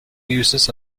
uses